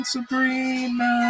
Sabrina